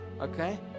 okay